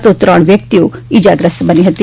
તો ત્રણ વ્યક્તિઓ ઇજાગ્રસ્ત થઈ હતી